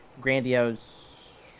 grandiose